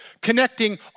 connecting